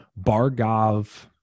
Bargov